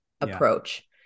approach